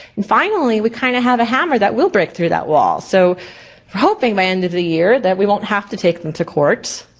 and finally we kinda have a hammer that will break through that wall, so we're hoping by end of the year that we won't have to take them to court.